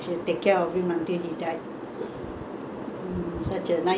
mm but my mother-in-law and my father my mother-in-law very simple